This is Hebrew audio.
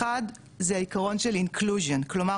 אחד זה העיקרון של אינקלוז'ן כלומר,